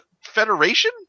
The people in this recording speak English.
federation